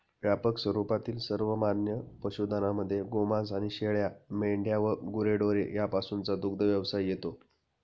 व्यापक स्वरूपातील सर्वमान्य पशुधनामध्ये गोमांस आणि शेळ्या, मेंढ्या व गुरेढोरे यापासूनचा दुग्धव्यवसाय येतो